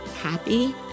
happy